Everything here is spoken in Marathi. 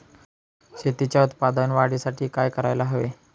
शेतीच्या उत्पादन वाढीसाठी काय करायला हवे?